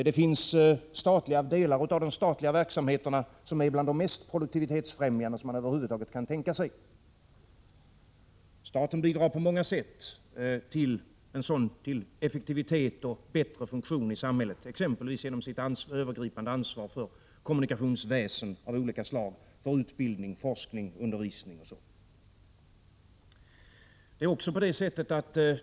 Det finns delar av de statliga verksamheterna som är bland de mest produktivitetsfrämjande som man över huvud taget kan tänka sig. Staten bidrar på många sätt till effektivitet och bättre funktion i samhället, exempelvis genom sitt övergripande ansvar för kommunikationsväsen av olika slag, för utbildning, forskning och undervisning.